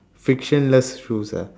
frictionless shoes ah